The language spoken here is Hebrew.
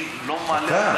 אני לא מעלה בדעתי בכלל,